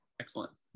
excellent